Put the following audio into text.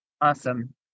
Awesome